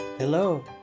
Hello